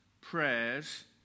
prayers